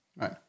right